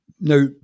Now